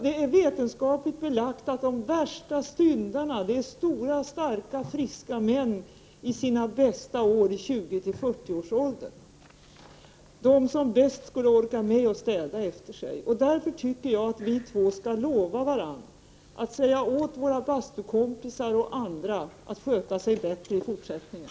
Det är vetenskapligt belagt att de värsta syndarna är stora, starka, friska män i sina bästa år, i 20—40-årsåldern, de som bäst skulle orka med att städa efter sig. Därför tycker jag att vi två skall lova varandra att säga åt våra bastukompisar och andra att sköta sig bättre i fortsättningen.